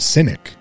Cynic